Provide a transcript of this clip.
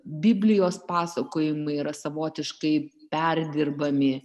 biblijos pasakojimai yra savotiškai perdirbami